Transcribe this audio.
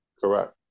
correct